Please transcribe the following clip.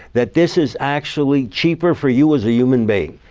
that this is actually cheaper for you as a human being.